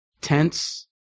tense